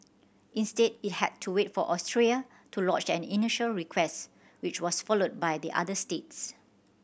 instead it had to wait for Austria to lodge an initial request which was followed by the other states